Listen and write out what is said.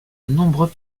nombreux